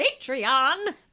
Patreon